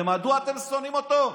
ומדוע אתם שונאים אותו?